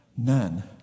none